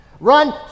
run